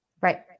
Right